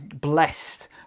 blessed